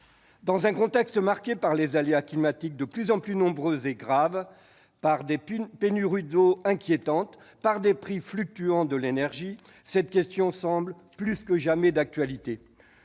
dans un contexte marqué par des aléas climatiques de plus en plus nombreux et graves, par des pénuries d'eau inquiétantes, par des prix fluctuants de l'énergie, cette question semble plus que jamais d'actualité.